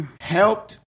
Helped